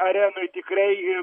arenoj tikrai